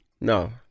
no